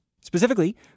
Specifically